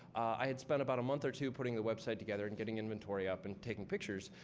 i had spent about a month or two putting the website together and getting inventory up and taking pictures.